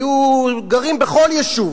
היו גרים בכל יישוב.